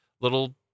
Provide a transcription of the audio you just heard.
little